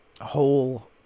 whole